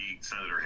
Senator